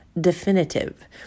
definitive